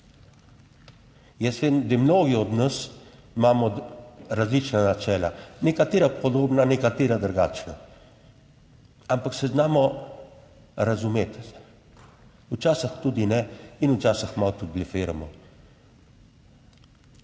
Jaz vem, da mnogi od nas imamo različna načela, nekatera podobna, nekatera drugačna, ampak se znamo razumeti, včasih tudi ne in včasih malo tudi blefiramo.